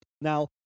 Now